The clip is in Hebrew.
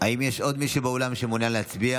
האם יש עוד מישהו באולם שמעוניין להצביע?